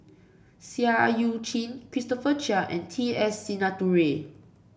Seah Eu Chin Christopher Chia and T S Sinnathuray